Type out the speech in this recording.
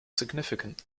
significant